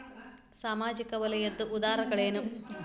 ಸಾಮಾಜಿಕ ವಲಯದ್ದು ಉದಾಹರಣೆಗಳೇನು?